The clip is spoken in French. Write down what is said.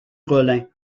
rollin